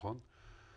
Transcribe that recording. נכון?